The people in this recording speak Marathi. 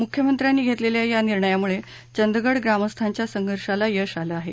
मुख्यमंत्र्यांनी धेतलेल्या या निर्णयामुळे चंदगड ग्रामस्थांच्या संघर्षाला यश आलं आहे